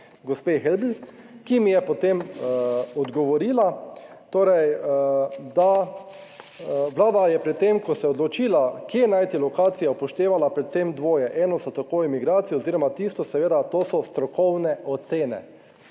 gospe Helbl, ki mi je potem odgovorila torej, da Vlada je pri tem, ko se je odločila kje najti lokacijo upoštevala predvsem dvoje; eno so takoj migracij oziroma tisto seveda, to so strokovne ocene